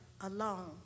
alone